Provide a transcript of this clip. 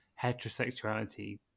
heterosexuality